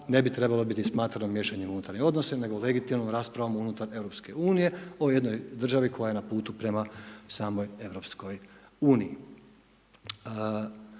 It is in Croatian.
ne bi trebalo biti smatrano miješanjem u unutarnje odnose nego legitimnom raspravom unutar Europske unije o jednoj državi koja je na putu prema samoj